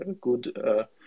good